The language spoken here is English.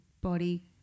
body